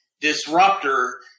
disruptor